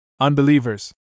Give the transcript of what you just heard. unbelievers